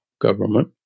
government